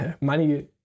money